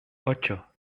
ocho